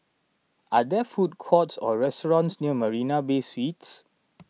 are there food courts or restaurants near Marina Bay Suites